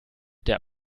der